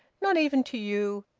not even to you!